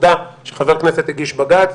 העובדה שחבר כנסת הגיש בג"צ,